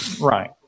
Right